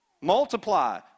Multiply